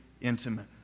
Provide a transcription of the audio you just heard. intimate